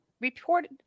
Reported